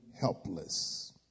helpless